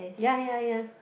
ya ya ya